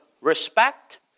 Respect